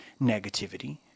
Negativity